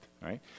right